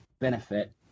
benefit